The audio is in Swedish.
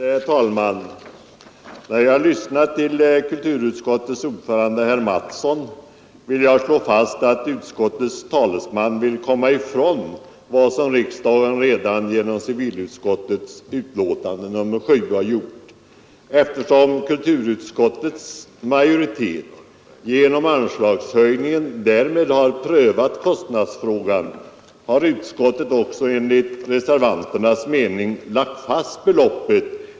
Herr talman! Efter att ha lyssnat till kulturutskottets ordförande herr Mattsson i Lane-Herrestad kan jag nu slå fast att han vill komma ifrån vad riksdagen redan genom civilutskottets betänkande nr 7 har sagt. Eftersom kulturutskottets majoritet i och med anslagshöjningen har prövat kostnadsfrågan har utskottet också enligt reservanternas mening lagt fast beloppet.